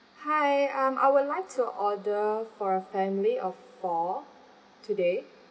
hi um I would like to order for a family of four today